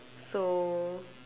so